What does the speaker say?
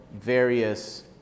various